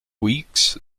weeks